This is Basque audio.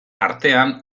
artean